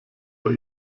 bei